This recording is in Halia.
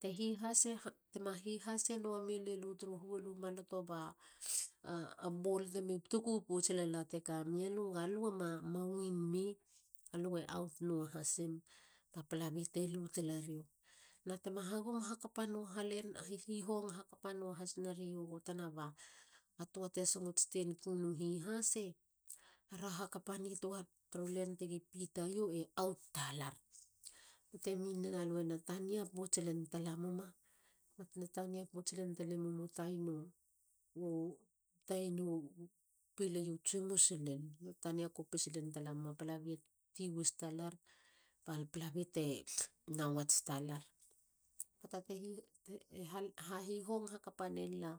Tema hihasenoa mulelu tru huol u maloto ba bool temi tuku pouts lala te kamia lu. ga lue ma win mi. lue aut nuahasim ba palabi te lu talario na tena hihong hakapa nua has na rio gotana ba tua te songots ku neiena hihase. ara hakapantoa. tru len tigi pita e aut talar min neiena lue na tania pouts len lamuma na tania pouts talemumo tainu pilei u tsimus len. Tania kopis len talamo. palabi te ti wis talar ba palabi tena wats talar. Hahihong hakapa nelila